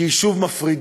כי היא שוב מפרידה,